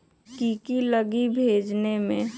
की की लगी भेजने में?